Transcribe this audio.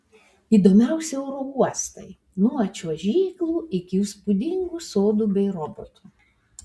įdomiausi oro uostai nuo čiuožyklų iki įspūdingų sodų bei robotų